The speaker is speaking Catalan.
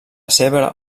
seva